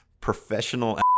professional